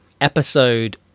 episode